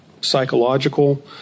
psychological